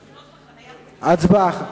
הצבעה.